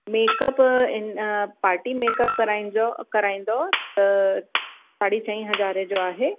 makeup party makeup कराईंदव कराईंदव त साढी चईं हज़ारे जो आहे